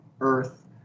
Earth